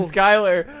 Skylar